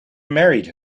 married